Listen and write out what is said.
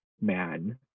man